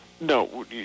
No